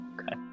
Okay